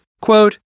Quote